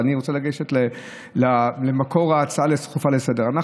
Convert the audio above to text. אני רוצה לגשת למקור ההצעה הדחופה לסדר-היום.